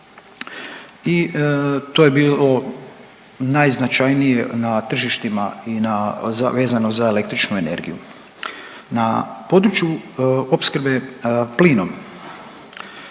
I to je bilo najznačajnije na tržištima vezano za električnu energiju. Na području opskrbe plinom,